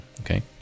Okay